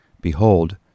behold